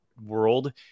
world